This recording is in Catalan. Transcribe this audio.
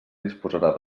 disposarà